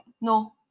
no